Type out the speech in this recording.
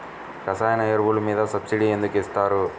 రసాయన ఎరువులు మీద సబ్సిడీ ఎందుకు ఇస్తారు?